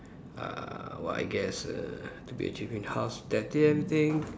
uh well I guess err to be achieving in house everything